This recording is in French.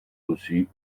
aussi